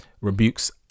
rebukes